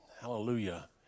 hallelujah